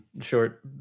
short